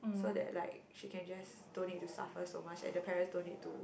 so that like she can just don't need to suffer so much and the parent don't need to